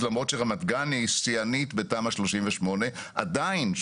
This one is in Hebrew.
למרות שרמת גן היא שיאנית בתמ"א 38. עדיין,